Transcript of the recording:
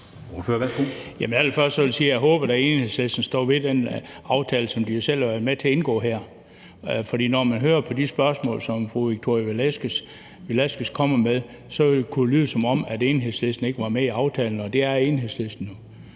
da håber, at Enhedslisten står ved den aftale, som de selv har været med til at indgå her. For når man hører de spørgsmål, som fru Victoria Velasquez kommer med, så kunne det lyde, som om Enhedslisten ikke var med i aftalen, og det er Enhedslisten jo.